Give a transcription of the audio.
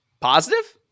Positive